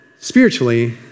Spiritually